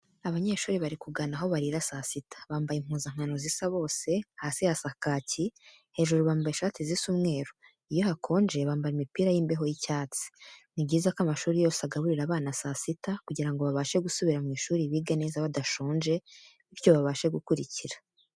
Abanyeshuri bari kugana aho barira saa sita, bambaye impuzankano zisa bose, hasi hasa kacyi, hejuru bambaye ishati zisa umweru, iyo hakonje bambara imipira y'imbeho y'icyatsi. Ni byiza ko amashuri yose agaburira abana saa sita kugira ngo babashe gusubira mu ishuri bige neza badashonje, bityo babashe gukurikira.